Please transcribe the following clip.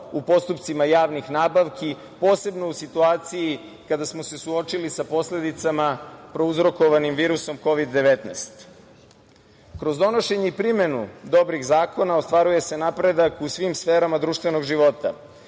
u postupcima javnih nabavki, posebno u situaciji kada smo se suočili sa posledicama prouzrokovanim virusom Kovida 19.Kroz donošenje i primenu dobrih zakona, ostvaruje se napredak u svim sferama društvenog života